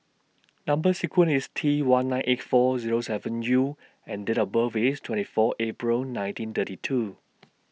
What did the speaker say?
Number sequence IS T one nine eight four Zero seven U and Date of birth IS twenty four April nineteen thirty two